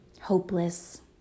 hopeless